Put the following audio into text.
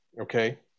Okay